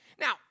Now